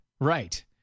right